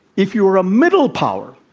if you are a middle power